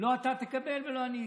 לא אתה תקבל ולא אני אקבל.